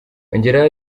yongeraho